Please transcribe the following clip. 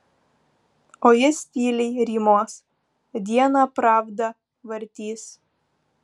o jis tyliai rymos dieną pravdą vartys